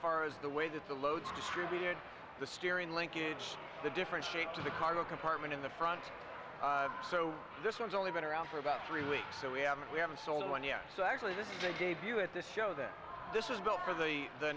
far as the way that the loads distribute the steering linkage the different shape to the cargo compartment in the front so this one's only been around for about three weeks so we haven't we haven't sold one yes actually this they gave you at this show that this was built for the the